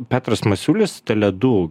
petras masiulis tele du